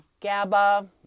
GABA